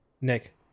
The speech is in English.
Nick